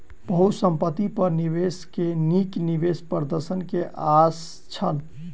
बहुसंपत्ति पर निवेशक के नीक निवेश प्रदर्शन के आस छल